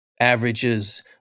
averages